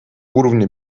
уровня